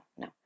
no